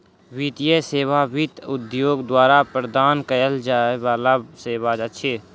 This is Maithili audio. वित्तीय सेवा वित्त उद्योग द्वारा प्रदान कयल जाय बला सेवा अछि